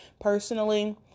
personally